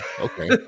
okay